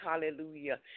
Hallelujah